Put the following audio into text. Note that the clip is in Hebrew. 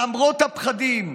למרות הפחדים,